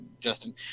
Justin